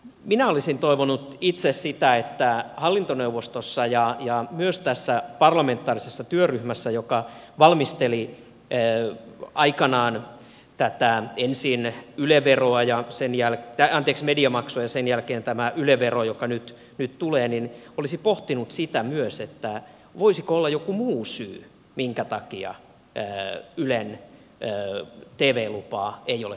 minä olisin toivonut itse sitä että hallintoneuvostossa ja myös tässä parlamentaarisessa työryhmässä joka valmisteli aikanaan ensin tätä mediamaksua ja sen jälkeen tätä nyt tulevaa yle veroa olisi pohdittu myös sitä voisiko olla joku muu syy minkä takia ylen tv lupaa ei ole haluttu maksaa